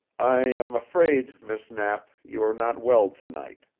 i am afraid, miss knapp, you are not well tonight,